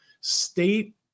state